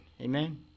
Amen